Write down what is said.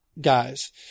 guys